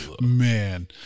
man